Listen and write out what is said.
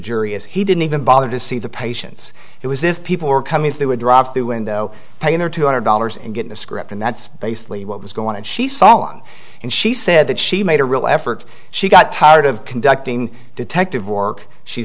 jury is he didn't even bother to see the patients he was if people were coming through a drive thru window paying their two hundred dollars and getting a script and that's basically what was going and she song and she said that she made a real effort she got tired of conducting detective work she